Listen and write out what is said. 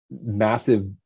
massive